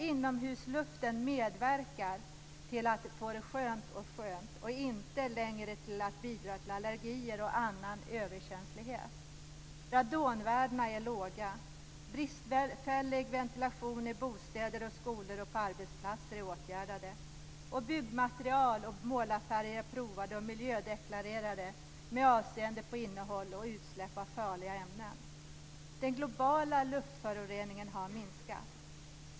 Inomhusluften medverkar till att vi får det skönt och medverkar inte längre till allergier och annan överkänslighet. Radonvärdena är låga. Problemet med bristfällig ventilation i bostäder, skolor och på arbetsplatser är åtgärdat. Byggmaterial och målarfärger är provade och miljödeklarerade med avseende på innehåll och utsläpp av farliga ämnen. Den globala luftföroreningen har minskat.